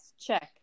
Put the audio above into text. check